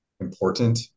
important